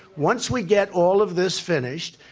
once we get all of this finished,